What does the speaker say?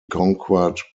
conquered